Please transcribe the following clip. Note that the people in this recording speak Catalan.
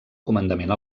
comandament